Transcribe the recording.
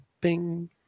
bing